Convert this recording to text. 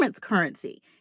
currency